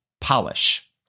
Polish